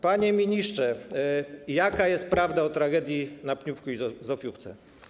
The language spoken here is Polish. Panie ministrze, jaka jest prawda o tragedii w Pniówku i w Zofiówce?